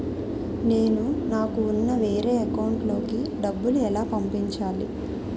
నేను నాకు ఉన్న వేరే అకౌంట్ లో కి డబ్బులు ఎలా పంపించాలి?